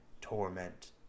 Torment